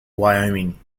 wyoming